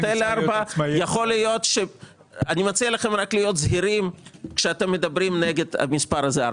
אני מציע לכם להיות זהירים כשאתם מדברים נגד המספר הזה,